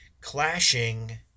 clashing